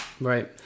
Right